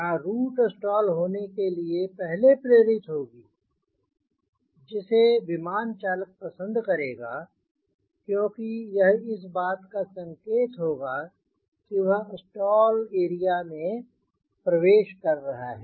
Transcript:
यहाँ root stall होने के लिए पहले प्रेरित होगी जिसे विमान चालक पसंद करेगा क्योंकि यह इस बात का संकेत होगा कि वह स्टाल एरिया में प्रवेश कर रहा है